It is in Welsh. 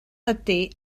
ydy